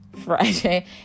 Friday